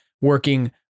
working